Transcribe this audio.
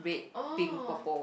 oh